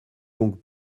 donc